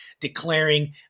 declaring